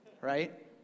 right